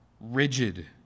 rigid